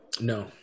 No